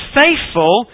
faithful